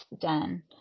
done